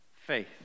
faith